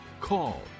call